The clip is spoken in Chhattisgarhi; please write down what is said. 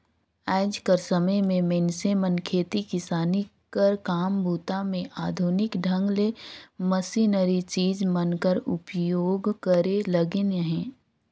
आएज कर समे मे मइनसे मन खेती किसानी कर काम बूता मे आधुनिक ढंग ले मसीनरी चीज मन कर उपियोग करे लगिन अहे